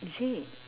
is it